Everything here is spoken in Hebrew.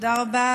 תודה רבה.